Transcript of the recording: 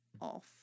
off